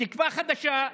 תקווה חדשה: